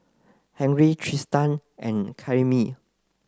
Henry Tristan and Karyme